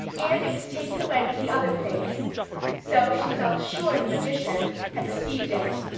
and it was taken away with the other things so she felt sure the magician had received it,